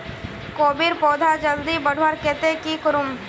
कोबीर पौधा जल्दी बढ़वार केते की करूम?